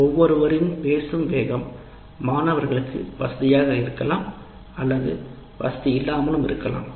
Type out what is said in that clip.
ஒவ்வொருவரின் பேசும் வேகம் மாணவர்களுக்கு வசதியாகவும் இல்லாமலும் இருக்கலாம்